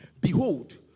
Behold